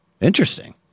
Interesting